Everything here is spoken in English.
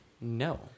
No